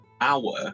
hour